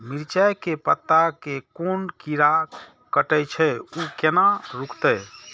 मिरचाय के पत्ता के कोन कीरा कटे छे ऊ केना रुकते?